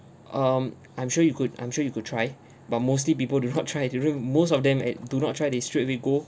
um I'm sure you could I'm sure you could try but mostly people do not try they don't even most of them at do not try they straight away go